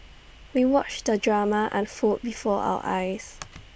we watched the drama unfold before our eyes